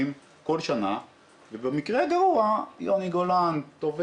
כי זה נתון